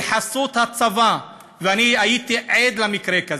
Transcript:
בחסות הצבא, ואני הייתי עד למקרה כזה,